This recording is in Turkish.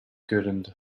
göründü